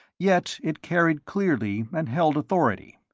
yet it carried clearly and held authority.